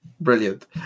Brilliant